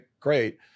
great